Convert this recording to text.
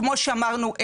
כמו שאמרנו,